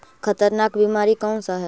खतरनाक बीमारी कौन सा है?